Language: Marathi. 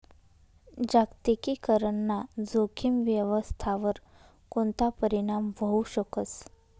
जागतिकीकरण ना जोखीम व्यवस्थावर कोणता परीणाम व्हवू शकस